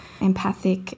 empathic